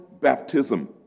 baptism